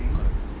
correct